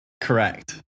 Correct